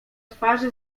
twarzy